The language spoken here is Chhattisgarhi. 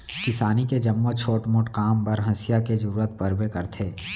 किसानी के जम्मो छोट मोट काम बर हँसिया के जरूरत परबे करथे